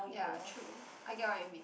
ya true I get what you mean